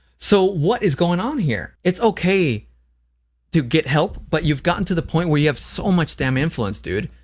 so what is going on here? it's okay to get help but you've gotten to the point where you have so much d-mn influence, dude.